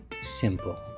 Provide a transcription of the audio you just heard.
Simple